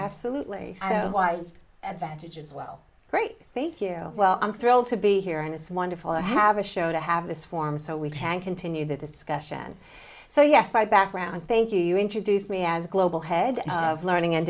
absolutely wise and that it is well great thank you well i'm thrilled to be here and it's wonderful to have a show to have this form so we can continue the discussion so yes my background thank you you introduced me as global head of learning and